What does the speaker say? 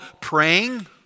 praying